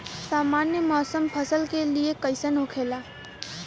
सामान्य मौसम फसल के लिए कईसन होखेला?